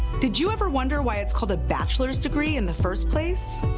did you ever wonder why it's called a bachelor's degree in the first place?